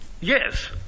Yes